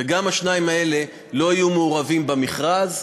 וגם השניים האלה לא יהיו מעורבים במכרז.